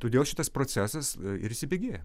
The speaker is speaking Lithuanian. todėl šitas procesas ir įsibėgėja